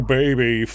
baby